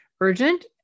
urgent